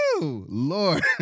Lord